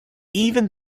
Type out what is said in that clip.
even